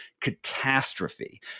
catastrophe